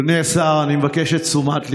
אדוני השר, אני מבקש את תשומת ליבך.